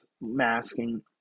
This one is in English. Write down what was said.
masking